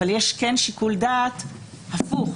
אבל כן יש שיקול דעת הפוך,